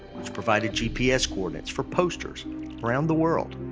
which provided gps coordinates for posters around the world.